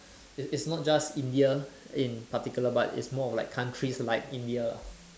it's it's not just India in particular but it's more of like countries like India lah